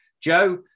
Joe